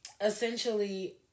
essentially